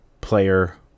player